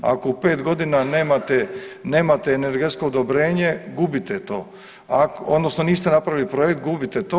Ako u 5.g. nemate, nemate energetsko odobrenje gubite to odnosno niste napravili projekt gubite to.